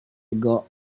ago